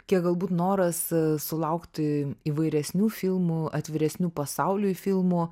kiek galbūt noras sulaukti įvairesnių filmų atviresnių pasauliui filmų